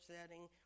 setting